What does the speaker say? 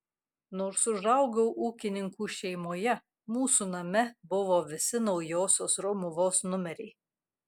nors užaugau ūkininkų šeimoje mūsų name buvo visi naujosios romuvos numeriai